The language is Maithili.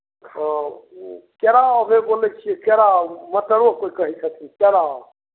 हॅं ओ केराव जे बोलै छियै केराव मटरो कोई कहै छथिन केराव